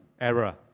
error